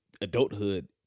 adulthood